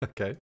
Okay